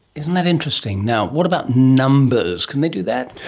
isn't that interesting! now, what about numbers, can they do that?